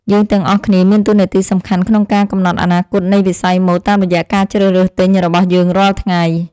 យើងទាំងអស់គ្នាមានតួនាទីសំខាន់ក្នុងការកំណត់អនាគតនៃវិស័យម៉ូដតាមរយៈការជ្រើសរើសទិញរបស់យើងរាល់ថ្ងៃ។